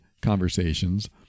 conversations